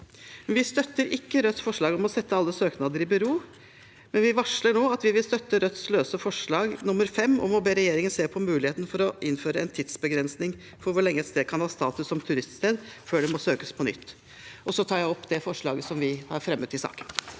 Vi støtter ikke Rødts forslag om å sette alle søknader i bero, men vi varsler nå at vi vil støtte Rødts løse forslag, nr. 5, om å be regjeringen se på muligheten for å innføre en tidsavgrensning for hvor lenge et sted kan ha status som turiststed før det må søkes på nytt. Jeg tar opp det forslaget som vi har fremmet i saken.